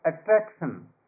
attraction